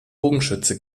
bogenschütze